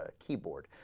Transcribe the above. ah keyboard